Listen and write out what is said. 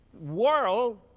world